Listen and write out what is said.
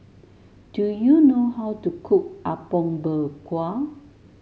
do you know how to cook Apom Berkuah